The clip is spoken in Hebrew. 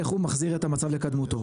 איך הוא מחזיר את המצב לקדומות,